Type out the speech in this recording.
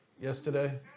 yesterday